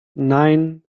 nine